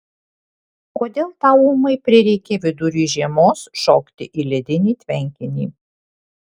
kodėl tau ūmai prireikė vidury žiemos šokti į ledinį tvenkinį